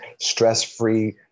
stress-free